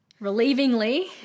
relievingly